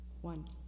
one